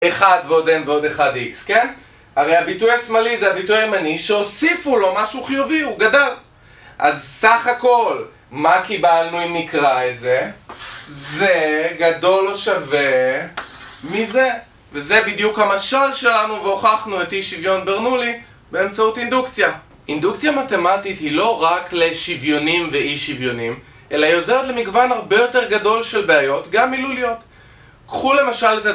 1 ועוד n ועוד 1x, כן? הרי הביטוי השמאלי זה הביטוי הימני שאוסיפו לו משהו חיובי, הוא גדל. אז סך הכל מה קיבלנו אם נקרא את זה זה גדול או שווה מזה. וזה בדיוק המשל שלנו והוכחנו את אי שוויון ברנולי באמצעות אינדוקציה. אינדוקציה מתמטית היא לא רק לשוויונים ואי שוויונים אלא היא עוזרת למגוון הרבה יותר גדול של בעיות גם מילוליות. קחו למשל את...